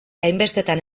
hainbestetan